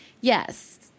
yes